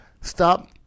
stop